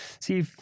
See